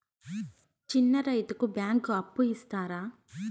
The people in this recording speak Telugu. చిన్న రైతుకు బ్యాంకు అప్పు ఇస్తారా?